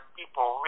people